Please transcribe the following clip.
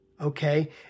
Okay